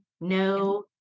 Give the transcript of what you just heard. No